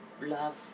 love